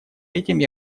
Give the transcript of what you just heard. этим